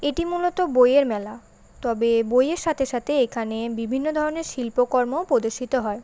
এটি মূলত বইয়ের মেলা তবে বইয়ের সাথে সাথে এখানে বিভিন্ন ধরনের শিল্পকর্মও প্রদর্শিত হয়